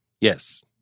Yes